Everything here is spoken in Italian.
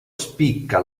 spicca